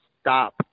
stop